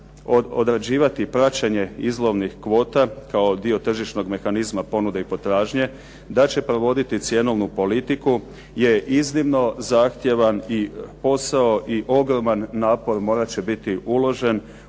odrađivati praćenje izlovnih kvota kao dio tržišnog mehanizma ponude i potražnje, da će provoditi cjenovnu politiku je iznimno zahtjevan posao i ogroman napor morat će biti uložen